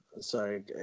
sorry